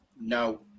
No